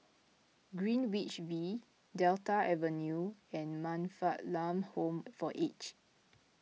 Greenwich V Delta Avenue and Man Fatt Lam Home for Aged